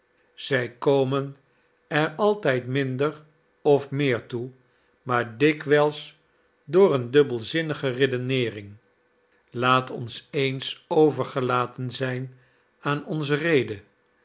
zij komen er altijd minder of meer toe maar dikwijls door een dubbelzinnige redeneering laat ons eens overgelaten zijn aan onze rede